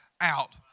out